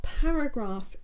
paragraph